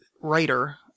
writer